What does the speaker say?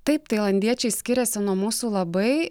taip tailandiečiai skiriasi nuo mūsų labai